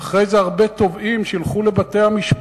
ואחרי זה הרבה תובעים, שילכו לבתי-המשפט,